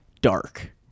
dark